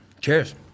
Cheers